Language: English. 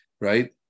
right